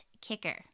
kicker